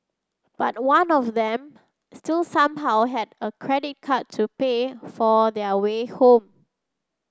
but one of them still somehow had a credit card to pay for their way home